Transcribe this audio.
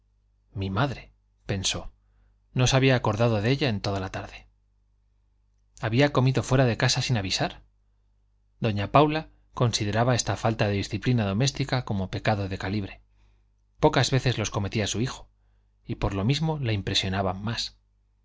mi madre pensó no se había acordado de ella en toda la tarde había comido fuera de casa sin avisar doña paula consideraba esta falta de disciplina doméstica como pecado de calibre pocas veces los cometía su hijo y por lo mismo la impresionaban más